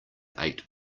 eight